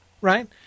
right